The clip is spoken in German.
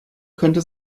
könnte